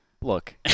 Look